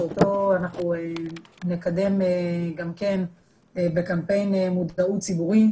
שאותו אנחנו נקדם גם כן בקמפיין מודעות ציבורית,